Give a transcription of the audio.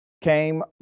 came